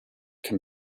can